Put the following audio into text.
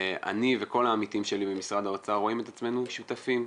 אני וכל העמיתים שלי במשרד האוצר רואים את עצמנו שותפים.